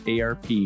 arp